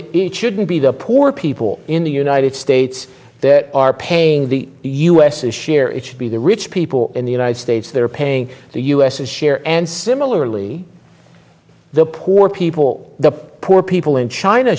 but it shouldn't be the poor people in the united states that are paying the u s is share it should be the rich people in the united states that are paying the u s a share and similarly the poor people the poor people in china